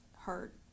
hurt